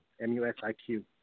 M-U-S-I-Q